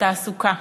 תעסוקה,